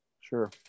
Sure